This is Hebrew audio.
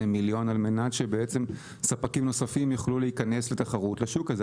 מיליון כדי שספקים נוספים יוכלו להיכנס לתחרות לשוק הזה.